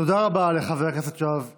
תודה רבה לחבר הכנסת יואב גלנט.